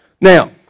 Now